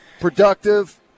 productive